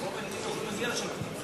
רוב הילדים לא מגיע לשם בכלל.